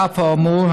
על אף האמור,